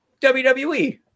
WWE